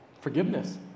Forgiveness